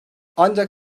ancak